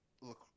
look